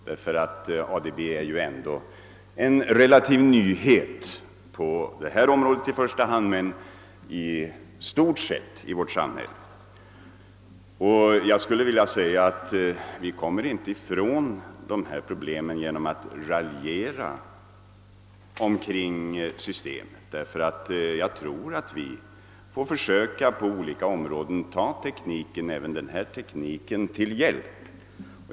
ADB är ju ändå något relativt nytt inte bara på detta område utan i stort sett i hela vårt samhälle. Och vi kommer inte ifrån dessa problem genom att raljera. Vi måste ju på olika områden försöka ta tekniken — alltså även denna teknik — till hjälp.